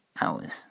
hours